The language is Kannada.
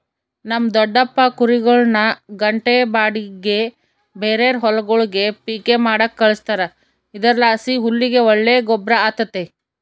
ನಮ್ ದೊಡಪ್ಪ ಕುರಿಗುಳ್ನ ಗಂಟೆ ಬಾಡಿಗ್ಗೆ ಬೇರೇರ್ ಹೊಲಗುಳ್ಗೆ ಪಿಕ್ಕೆ ಮಾಡಾಕ ಕಳಿಸ್ತಾರ ಇದರ್ಲಾಸಿ ಹುಲ್ಲಿಗೆ ಒಳ್ಳೆ ಗೊಬ್ರ ಆತತೆ